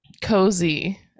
cozy